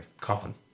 coffin